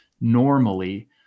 normally